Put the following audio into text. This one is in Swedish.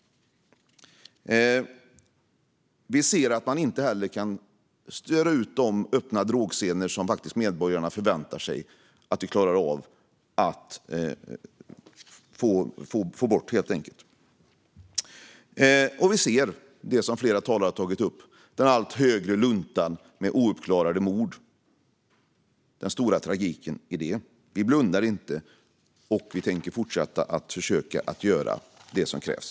Vi ser att man inte heller kan störa ut de öppna drogscener som medborgarna faktiskt förväntar sig att vi klarar att få bort. Och vi ser, som flera talare har tagit upp, den allt högre luntan med ouppklarade mord och den stora tragiken i detta. Vi blundar inte, och vi tänker fortsätta att försöka göra det som krävs.